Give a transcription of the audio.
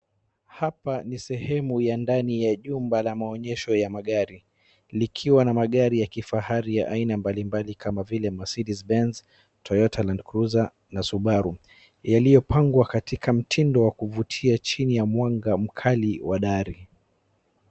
Hapa ni sehemu ya ndani ya jumba la maonyesho ya magari, nikiwa na magari ya kifahari ya aina mbalimbali kama vile Mercedez Benz , Toyota Landcruiser na subaru , yaliyopangwa katika mtindo wa kuvutia chini ya mwanga mkali wa dari.